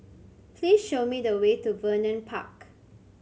please show me the way to Vernon Park